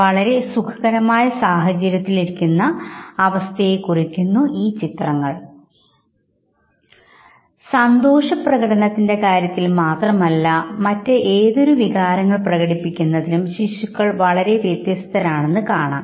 വളരെ സുഖകരമായ സാഹചര്യത്തിൽ ഇരിക്കുന്ന അവസ്ഥകളാണ് ചിത്രങ്ങൾ സൂചിപ്പിക്കുന്നത് സന്തോഷപ്രകടനത്തിൻറെ കാര്യത്തിൽ മാത്രമല്ല മറ്റ് ഏതൊരു വികാരങ്ങൾ പ്രകടിപ്പിക്കുന്നതിലും ശിശുക്കൾ വളരെ വ്യത്യസ്തരാണെന്ന് കാണാം